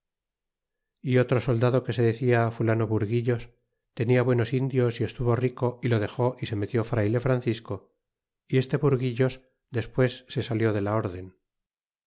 e otro soldado que se decia fulano burgull os tenia buenos indios y estuvo rico é lo dexó é se metió frayle francisco y este burguillos despues se salió de la orden